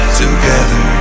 together